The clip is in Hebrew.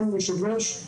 אדוני היושב-ראש,